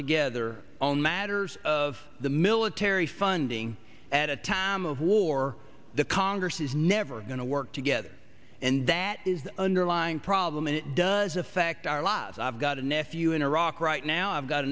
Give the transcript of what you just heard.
together on matters of the military funding at a time of war the congress is never going to work together and that is the underlying problem and it does affect our lives i've got a nephew in iraq right now i've got